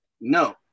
no